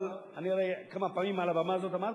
אבל אני הרי כמה פעמים על הבמה הזאת אמרתי,